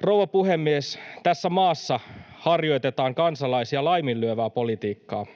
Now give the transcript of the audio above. Rouva puhemies! Tässä maassa harjoitetaan kansalaisia laiminlyövää politiikkaa.